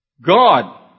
God